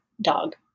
dog